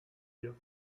hier